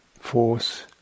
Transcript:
force